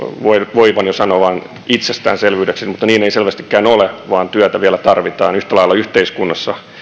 voivan jo sanoa itsestäänselvyydeksi mutta niin ei selvästikään ole vaan työtä vielä tarvitaan yhtä lailla yhteiskunnassa